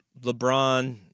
LeBron